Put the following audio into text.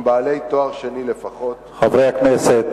הם בעלי תואר שני לפחות, חברי הכנסת.